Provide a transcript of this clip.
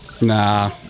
Nah